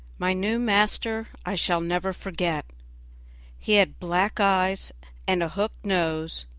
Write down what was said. my new master i shall never forget he had black eyes and a hooked nose,